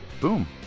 boom